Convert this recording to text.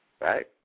right